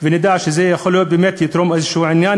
ונדע שזה יכול באמת לתרום לאיזה עניין,